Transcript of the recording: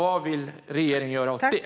Vad vill regeringen göra åt det?